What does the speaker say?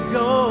go